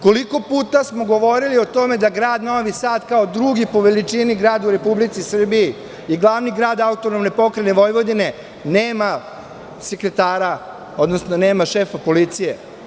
Koliko puta smo govorili o tome da grad Novi Sad, kao drugi po veličini grad u Republici Srbiji i glavni grad AP Vojvodine, nema sekretara, odnosno nema šefa policije.